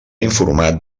informat